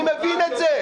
אני מבין את זה.